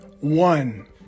One